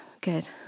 good